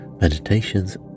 meditations